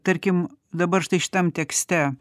tarkim dabar štai šitam tekste